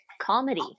comedy